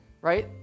right